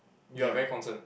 you are very concerned